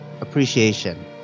appreciation